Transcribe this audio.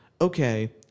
okay